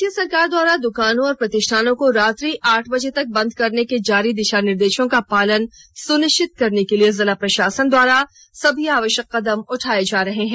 राज्य सरकार द्वारा दुकानों और प्रतिष्ठानों को रात्रि आठ बजे तक बंद करने के जारी दिशा निर्देशों का पालन सुनिश्चित करने के लिए जिला प्रशासन द्वारा सभी आवश्यक कदम उठा रही है